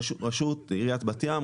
רשות עיריית ב ים,